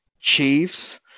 Chiefs